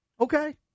Okay